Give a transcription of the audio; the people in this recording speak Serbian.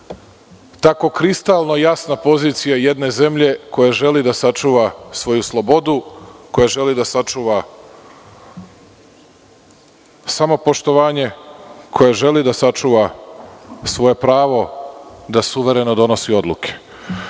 tako kristalno jasna pozicija jedne zemlje koja želi da sačuva svoju slobodu, koja želi da sačuva samopoštovanje, koja želi da sačuva svoje pravo da suvereno donosi odluke. Na